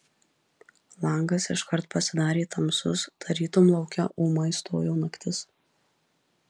langas iškart pasidarė tamsus tarytum lauke ūmai stojo naktis